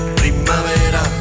primavera